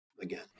again